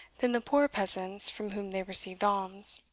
than the poor peasants from whom they received alms.